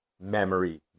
memory